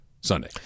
Sunday